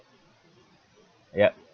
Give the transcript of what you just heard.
yup